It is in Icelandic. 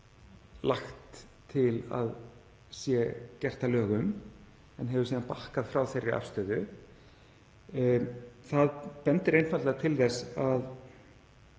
lagt til að sé gert að lögum, en hefur síðan bakkað frá þeirri afstöðu. Það bendir einfaldlega til þess að